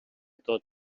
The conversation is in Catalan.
tot